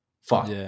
fuck